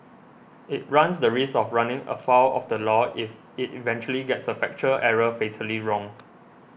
it runs the risk of running afoul of the law if it eventually gets a factual error fatally wrong